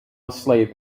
asleep